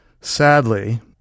sadly